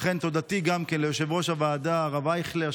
תודתי גם ליושב-ראש הוועדה הרב אייכלר,